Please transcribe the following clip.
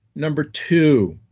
number two,